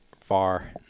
far